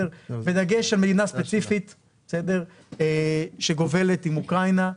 בדגש על מדינה ספציפית שגובלת עם אוקראינה,